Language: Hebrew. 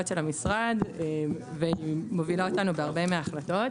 של המשרד והיא מובילה אותנו בהרבה מההחלטות.